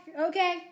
okay